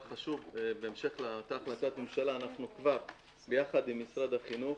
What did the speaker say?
בהמשך לאותה החלטת ממשלה, ביחד עם משרד החינוך